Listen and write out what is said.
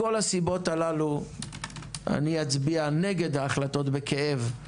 מכל הסיבות הללו אני אצביע נגד ההחלטות בכאב,